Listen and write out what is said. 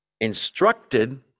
instructed